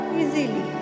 easily